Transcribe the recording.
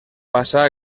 passà